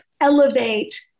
elevate